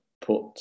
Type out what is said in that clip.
put